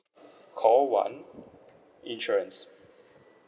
call one insurance